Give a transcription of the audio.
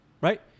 Right